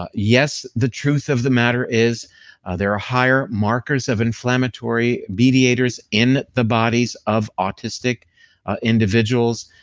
ah yes, the truth of the matter is there are higher markers of inflammatory mediators in the bodies of autistic individuals.